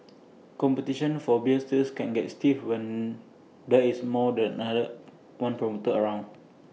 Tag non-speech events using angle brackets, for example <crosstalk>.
<noise> competition for beer sales can get stiff when there is more than another one promoter around